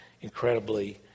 incredibly